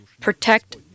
protect